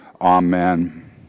Amen